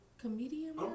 comedian